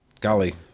Golly